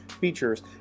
features